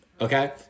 okay